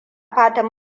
fatan